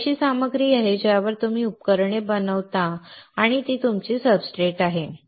ही अशी सामग्री आहे ज्यावर तुम्ही उपकरणे बनवता आणि ती तुमची सब्सट्रेट आहे